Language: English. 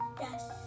yes